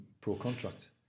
pro-contract